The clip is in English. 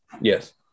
Yes